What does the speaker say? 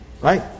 Right